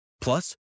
Plus